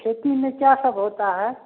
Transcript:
खेती में क्या सब होता है